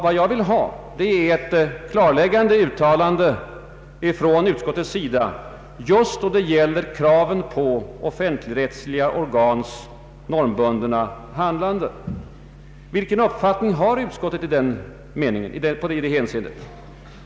Vad jag vill ha är ett klarläggande uttalande från utskottets sida då det gäller kraven på offentligrättsliga organs normbundna handlande. Vilken uppfattning har utskottet i det hänseendet?